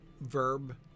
verb